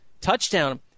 touchdown